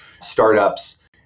startups